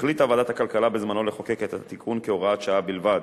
החליטה ועדת הכלכלה בזמנו לחוקק את התיקון כהוראת שעה בלבד.